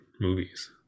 movies